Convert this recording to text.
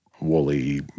woolly